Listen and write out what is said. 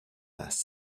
last